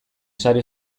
sare